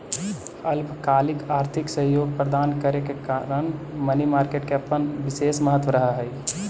अल्पकालिक आर्थिक सहयोग प्रदान करे कारण मनी मार्केट के अपन विशेष महत्व रहऽ हइ